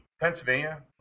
Pennsylvania